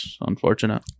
Unfortunate